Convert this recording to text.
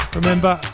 remember